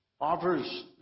offers